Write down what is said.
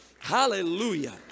Hallelujah